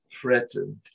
threatened